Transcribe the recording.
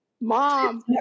Mom